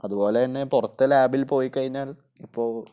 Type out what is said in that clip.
അത് പോലെതന്നെ പുറത്തെ ലാബിൽ പോയിക്കഴിഞ്ഞാൽ ഇപ്പോള്